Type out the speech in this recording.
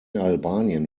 albanien